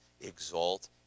exalt